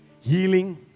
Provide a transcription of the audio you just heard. healing